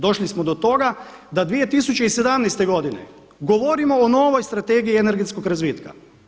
Došli smo do toga da 2017. godine govorimo o novoj strategiji energetskog razvitka.